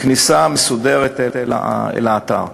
כניסה מסודרת אל האתר.